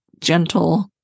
gentle